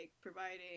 providing